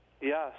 Yes